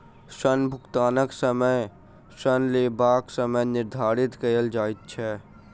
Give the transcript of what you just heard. ऋण भुगतानक समय ऋण लेबाक समय निर्धारित कयल जाइत छै